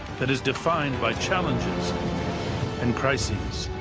that is defined by challenges and crises,